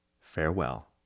Farewell